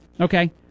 Okay